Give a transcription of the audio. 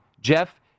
Jeff